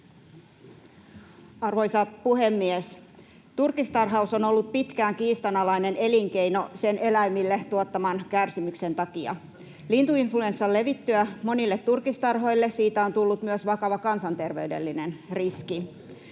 Arvoisa puhemies! Turkistarhaus on ollut pitkään kiistanalainen elinkeino sen eläimille tuottaman kärsimyksen takia. Lintuinfluenssan levittyä monille turkistarhoille siitä on tullut myös vakava kansanterveydellinen riski.